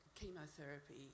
chemotherapy